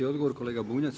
Odgovor kolega Bunjac.